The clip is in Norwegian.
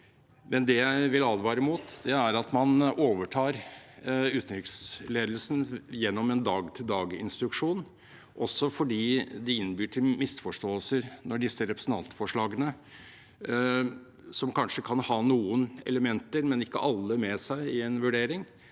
det jeg vil advare mot, er at man overtar utenriksledelsen gjennom en dag-til-dag-instruksjon, også fordi det innbyr til misforståelser når disse representantforslagene, som kanskje kan ha noen elementer med seg i en vurdering,